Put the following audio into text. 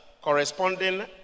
corresponding